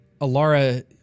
Alara